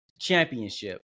championship